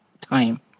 time